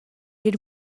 did